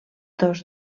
dos